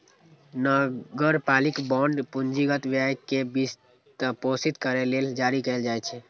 नगरपालिका बांड पूंजीगत व्यय कें वित्तपोषित करै लेल जारी कैल जाइ छै